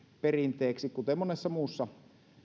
perinteeksi kuten monessa muussa